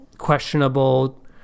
questionable